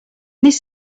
this